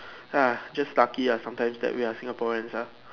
ya just lucky ya sometimes that we are Singaporeans ah